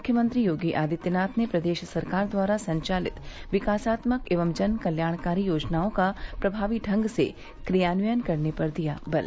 मुख्यमंत्री योगी आदित्यनाथ ने प्रदेश सरकार द्वारा संचालित विकासात्मक एवं जनकल्याणकारी योजनाओं का प्रभावी ढंग से क्रियान्वयन करने पर दिया बल